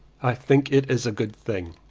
i think it is a good thing.